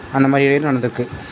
அந்த மாதிரியே நடந்திருக்கு